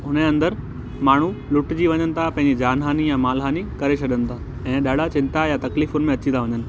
उनजे अंदरि माण्हू लुटजी वञनि था पंहिंजे जान हानि या मान हानि करे छॾनि था ऐं ॾाढा चिंता ऐं तकलीफ़ुंनि में अची था वञनि